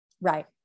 Right